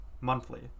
monthly